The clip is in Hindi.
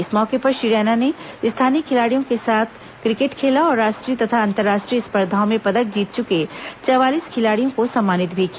इस मौके पर श्री रैना ने स्थानीय खिलाड़ियों के साथ क्रिकेट खेला और राष्ट्रीय तथा अंतर्राष्ट्रीय स्पर्धाओं में पदक जीत चुके चवालीस खिलाड़ियों को सम्मानित भी किया